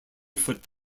foot